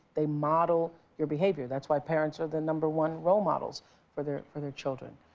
they model your behavior. that's why parents are the number one role models for their for their children.